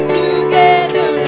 together